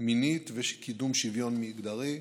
מינית ולקדם שוויון מגדרי.